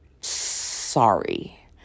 Sorry